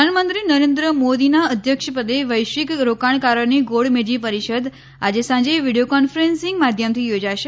બેઠક પ્રધાનમંત્રી નરેન્દ્ર મોદીના અધ્યક્ષપદે વૈશ્વિક રોકાણકારોની ગોળમેજી પરિષદ આજે સાંજે વીડિયો કોન્ફરન્સિંગ માધ્યમથી યોજાશે